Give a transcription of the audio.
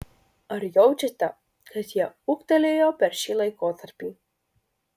ar jaučiate kad jie ūgtelėjo per šį laikotarpį